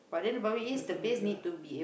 Plaza Mega